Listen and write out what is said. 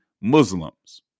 Muslims